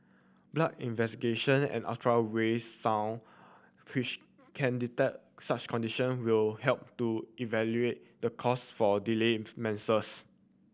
blood investigation and ultra ray sound which can detect such condition will help to evaluate the cause for delay menses